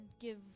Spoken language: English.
give